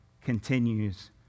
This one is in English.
continues